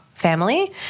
Family